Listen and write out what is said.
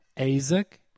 Isaac